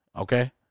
okay